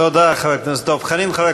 תודה, חבר הכנסת דב חנין.